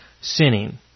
sinning